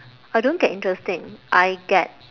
I don't get interesting I get